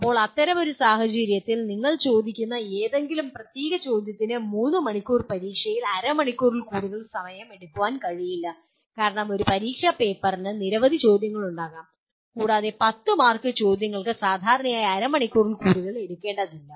ഇപ്പോൾ അത്തരമൊരു സാഹചര്യത്തിൽ നിങ്ങൾ ചോദിക്കുന്ന ഏതെങ്കിലും പ്രത്യേക ചോദ്യത്തിന് 3 മണിക്കൂർ പരീക്ഷയിൽ അരമണിക്കൂറിൽ കൂടുതൽ എടുക്കാൻ കഴിയില്ല കാരണം ഒരു പരീക്ഷാ പേപ്പറിന് നിരവധി ചോദ്യങ്ങളുണ്ടാകും കൂടാതെ 10 മാർക്ക് ചോദ്യങ്ങൾക്ക് സാധാരണയായി അരമണിക്കൂറിൽ കൂടുതൽ എടുക്കേണ്ടതില്ല